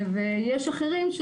ויש אחרים,